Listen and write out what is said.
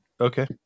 Okay